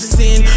sin